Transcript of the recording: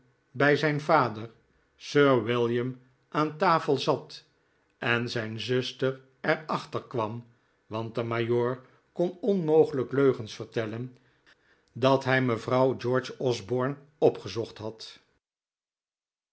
bij zijn vader sir william aan tafel zat en zijn zuster er achter kwam want de majoor kon onmogelijk leugens vertellen dat hij mevrouw george osborne opgezocht had